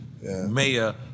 mayor